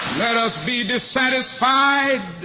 let us be dissatisfied